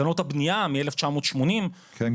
תקנות הבנייה מ- 1980 --- כן,